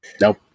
Nope